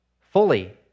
fully